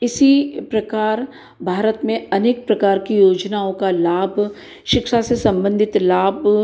इसी प्रकार भारत में अनेक प्रकार की योजनाओं का लाभ शिक्षा से सम्बन्धित लाभ